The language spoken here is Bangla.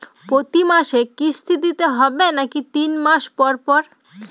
প্রতিমাসে কিস্তি দিতে হবে নাকি তিন মাস পর পর?